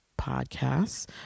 podcasts